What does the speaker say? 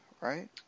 right